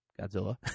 godzilla